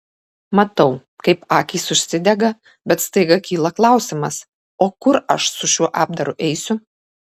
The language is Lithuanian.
matau kaip akys užsidega bet staiga kyla klausimas o kur aš su šiuo apdaru eisiu